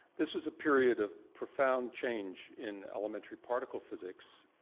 this was a period of profound change in elementary particle physics,